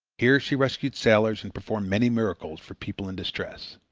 here she rescued sailors and performed many miracles for people in distress.